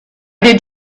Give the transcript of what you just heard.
did